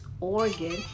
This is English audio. organ